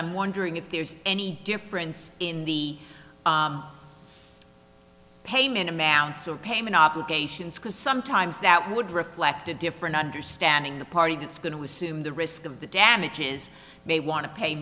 i'm wondering if there's any difference in the payment amounts of payment obligations because sometimes that would reflect a different understanding the party that's going to assume the risk of the damages may want to pay